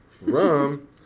Rum